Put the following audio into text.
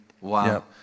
Wow